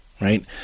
right